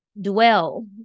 dwell